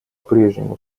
прежнему